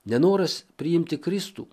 nenoras priimti kristų